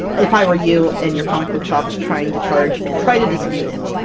if i were you and your comic book shop is trying to charge, try to dispute it.